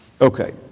Okay